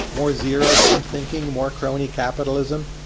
more zero-sum thinking, more crony capitalism,